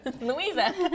Louisa